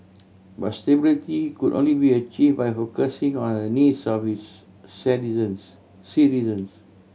but stability could only be achieve by focusing on the needs of its citizens